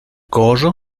corro